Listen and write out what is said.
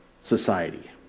society